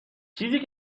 چیزی